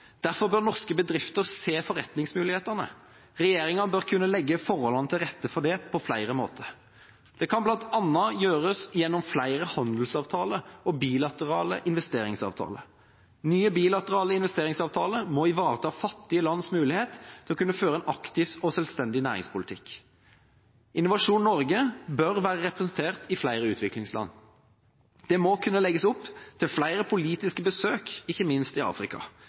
Derfor bør norske bedrifter se forretningsmulighetene. Regjeringa bør kunne legge forholdene til rette for det på flere måter: Det kan bl.a. gjøres gjennom flere handelsavtaler og bilaterale investeringsavtaler. Nye bilaterale investeringsavtaler må ivareta fattige lands mulighet til å føre en aktiv og selvstendig næringspolitikk. Innovasjon Norge bør være representert i flere utviklingsland. Det må kunne legges opp til flere politiske besøk, ikke minst i Afrika,